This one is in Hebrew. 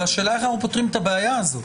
אבל השאלה איך אנחנו פותרים את הבעיה הזאת,